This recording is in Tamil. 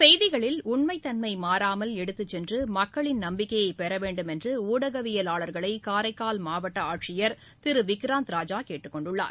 செய்திகளில் உண்மைத் தன்மை மாறாமல் எடுத்துச் சென்று மக்களின் நம்பிக்கையைப் பெற வேண்டும் என்று ஊடகவியவாளர்களை காரைக்கால் மாவட்ட ஆட்சியர் திரு விக்ராந்த் ராஜா கேட்டுக் கொண்டுள்ளார்